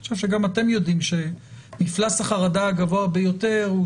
אני חושב שגם אתם יודעים שמפלס החרדה גבוה ביותר הוא